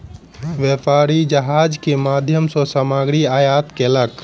व्यापारी जहाज के माध्यम सॅ सामग्री आयात केलक